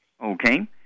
Okay